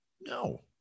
No